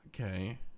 okay